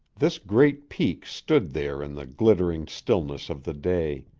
this great peak stood there in the glittering stillness of the day.